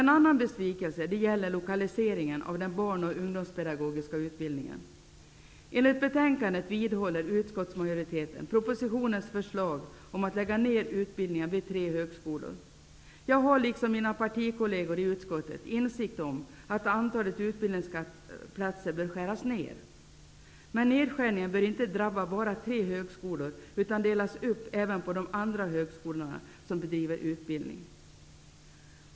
En annan besvikelse gäller lokaliseringen av den barn och ungdomspedagogiska utbildningen. Enligt betänkandet vidhåller utskottsmajoriteten propositionens förslag om att lägga ner utbildningen vid tre högskolor. Jag har, liksom mina partikolleger i utskottet, insikt om att antalet utbildningsplatser bör skäras ned. Men nedskärningen bör inte drabba bara tre högskolor utan de bör delas upp även på andra högskolor som bedriver utbildningen.